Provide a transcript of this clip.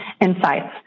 insights